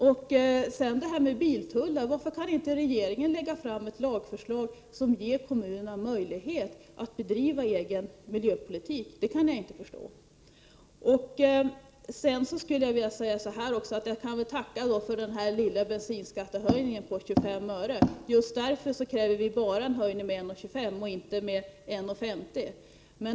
När det gäller biltullar undrar jag varför regeringen inte kan lägga fram ett lagförslag som ger kommunerna möjlighet att bedriva egen miljöpolitik. Det kan jag inte förstå. Jag får väl tacka för den lilla bensinskattehöjningen på 25 öre. Just därför kräver vi bara en höjning med 1 kr. 25 öre/liter och inte med 1 kr. 50 öre.